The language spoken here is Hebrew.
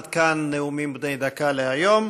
עד כאן נאומים בני דקה להיום.